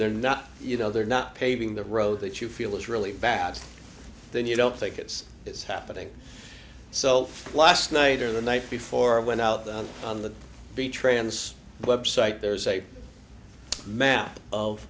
they're not you know they're not paving the road that you feel is really bad then you don't think it's it's happening so last night or the night before i went out on the b trans web site there's a map of